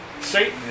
Satan